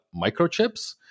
microchips